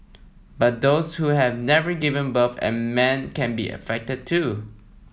but those who have never given birth and men can be affected too